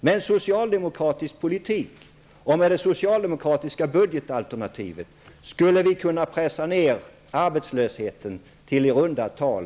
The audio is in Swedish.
Med en socialdemokratisk politik, och med det socialdemokratiska budgetalternativet, skulle vi kunna pressa ner arbetslösheten till i runda tal